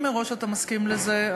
אם מראש אתה מסכים לזה,